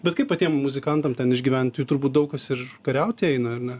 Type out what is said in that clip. bet kaip patiem muzikantam ten išgyvent jų turbūt daug kas ir kariauti eina ar ne